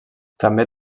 també